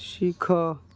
ଶିଖ